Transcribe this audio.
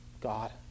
God